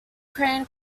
crane